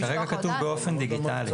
כרגע כתוב באופן דיגיטלי.